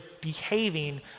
behaving